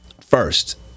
first